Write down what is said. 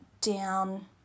down